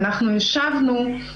ואנחנו השבנוו,